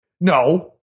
No